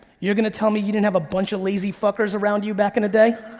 you're gonna tell me you didn't have a bunch of lazy fuckers around you back in the day?